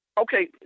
Okay